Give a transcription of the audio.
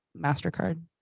MasterCard